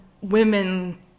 women